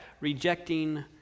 rejecting